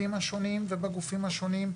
במשרדים ובגופים השונים,